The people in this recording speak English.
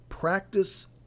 Practice